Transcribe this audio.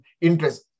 interest